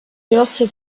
grosso